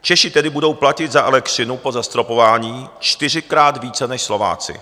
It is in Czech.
Češi tedy budou platit za elektřinu po zastropování čtyřikrát více než Slováci.